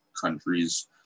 countries